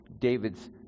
David's